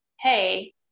hey